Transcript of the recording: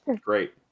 Great